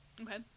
Okay